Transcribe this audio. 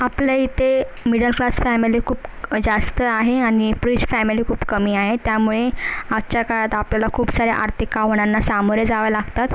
आपल्या इथे middle class family खूप जास्त आहे आणि प्रिच फॅमिली खूप कमी आहे त्यामुळे आजच्या काळात आपल्याला खूप साऱ्या आर्थिक आव्हानांना सामोरे जावं लागतात